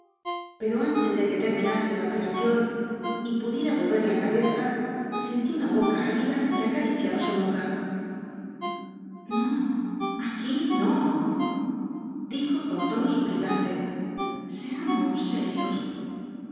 pero antes de que terminase la operación y pudiera volver la cabeza sintió una boca ávida que acariciaba su nuca v biíahoo ibáñkz no aquí no dijo con tono suplicante s íanios serios